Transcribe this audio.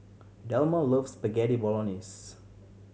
Delmar loves Spaghetti Bolognese